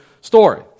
story